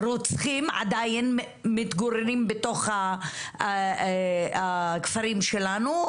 רוצחים עדיין מתגוררים בתוך הכפרים שלנו,